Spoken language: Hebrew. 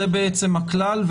זה הכלל,